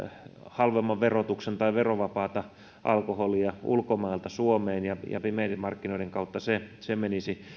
halvemman verotuksen maista tai verovapaata alkoholia ulkomailta suomeen ja ja pimeiden markkinoiden kautta se se menisi